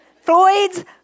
Floyd's